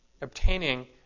obtaining